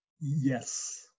Yes